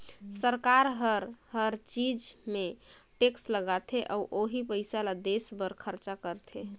सरकार हर हर चीच मे टेक्स लगाथे अउ ओही पइसा ल देस बर खरचा करथे